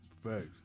Facts